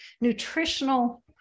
Nutritional